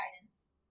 Guidance